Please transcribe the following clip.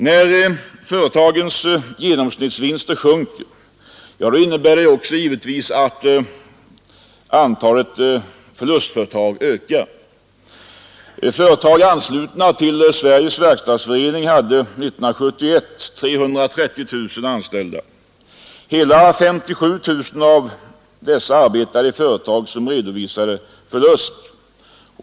När företagens genomsnittsvinster sjunker innebär det givetvis också att antalet förlustföretag ökar. År 1971 hade företag anslutna till Sveriges verkstadsförening 330 000 anställda, och hela 57 000 av dessa arbetade i företag som redovisade förlust.